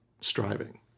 striving